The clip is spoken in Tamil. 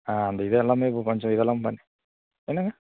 ஆ அந்த இது எல்லாமே கொஞ்சம் இதெல்லாம் பண்ணி என்னங்க